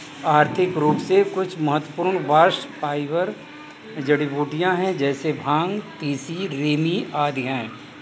आर्थिक रूप से कुछ महत्वपूर्ण बास्ट फाइबर जड़ीबूटियां है जैसे भांग, तिसी, रेमी आदि है